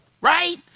right